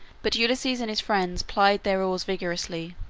but ulysses and his friends plied their oars vigorously,